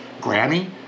Granny